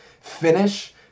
finish